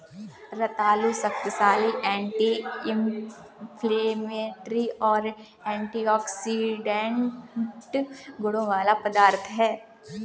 रतालू शक्तिशाली anti inflammatory और एंटीऑक्सीडेंट गुणों वाला पदार्थ है